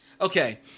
Okay